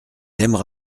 aimera